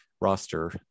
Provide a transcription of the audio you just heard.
roster